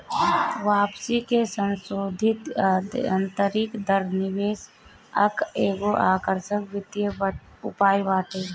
वापसी के संसोधित आतंरिक दर निवेश कअ एगो आकर्षक वित्तीय उपाय बाटे